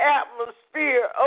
atmosphere